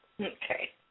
Okay